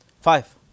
Five